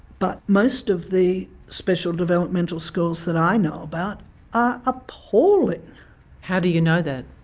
but most of the special developmental schools that i know about are appalling. how do you know that?